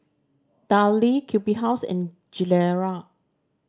Darlie Q B House and Gilera